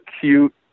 cute